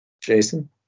Jason